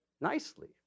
nicely